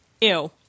ew